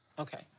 Okay